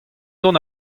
dont